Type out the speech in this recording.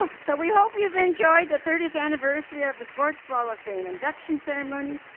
ah so we hope you've enjoyed the thirtieth anniversary of the sports wall of fame induction ceremony.